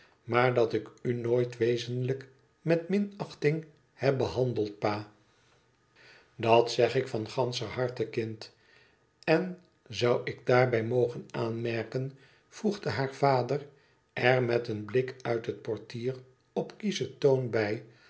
maar dat ik u nooit wezenlijk met minachting heb behandeld pa dat zeg ik van ganscher harte kind n zou ik daarbij mogen aanmerken voegde haar vader er met een blik uit het portier op kieschen toon bij